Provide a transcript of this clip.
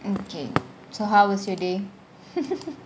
okay so how was your day